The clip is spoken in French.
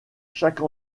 chaque